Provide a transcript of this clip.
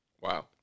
wow